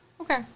Okay